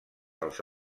els